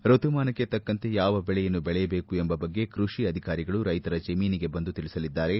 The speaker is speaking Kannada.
ಋತುಮಾನಕ್ಕೆ ತಕ್ಕಂತೆ ಯಾವ ಬೆಳೆಯನ್ನು ಬೆಳೆಯಬೇಕು ಎಂಬ ಬಗ್ಗೆ ಕೃಷಿ ಅಧಿಕಾರಿಗಳು ರೈತರ ಜಮೀನಿಗೆ ಬಂದು ತಿಳಿಸಲಿದ್ದಾರೆ